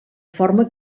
forma